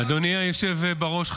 אדוני היושב בראש,